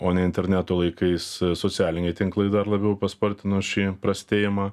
o ne interneto laikais socialiniai tinklai dar labiau paspartino šį prastėjimą